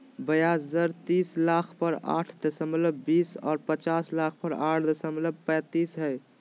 ब्याज दर तीस लाख पर आठ दशमलब बीस और पचास लाख पर आठ दशमलब पैतालीस हइ